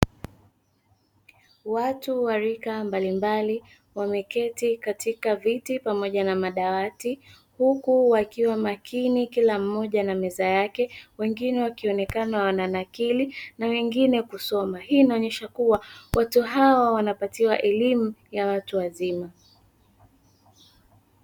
Watu wa rika mbalimbali wameketi katika viti na madawati huku wakiwa makini kila mmoja na meza yake, wengine wakionekana wananakiri na wengine kusoma. Hii inaashiria kuwa watu hawa wanapatiwa elimu ya watu wazima.